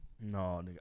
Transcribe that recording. No